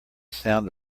sound